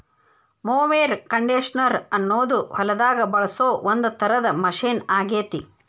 mower conditioner ಅನ್ನೋದು ಹೊಲದಾಗ ಬಳಸೋ ಒಂದ್ ತರದ ಮಷೇನ್ ಆಗೇತಿ